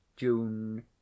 June